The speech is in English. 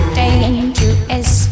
dangerous